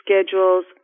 schedules